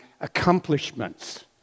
accomplishments